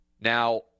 Now